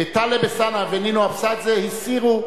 טלב אלסאנע ונינו אבסדזה הסירו,